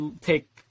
take